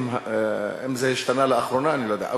אם זה השתנה לאחרונה, אני לא יודע.